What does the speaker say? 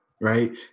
right